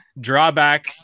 drawback